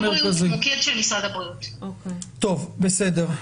טוב, בסדר.